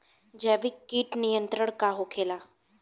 जैविक कीट नियंत्रण का होखेला?